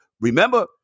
remember